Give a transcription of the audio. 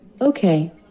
Okay